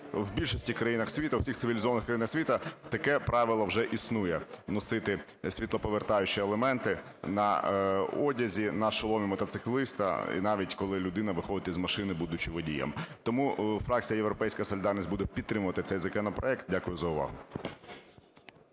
у всіх цивілізованих країнах світу таке правило вже існує - носити світлоповертаючі елементи на одязі, на шоломі мотоцикліста, і навіть коли людина виходить із машини, будучи водієм. Тому фракція "Європейська солідарність" буде підтримувати цей законопроект. Дякую за увагу.